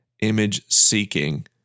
image-seeking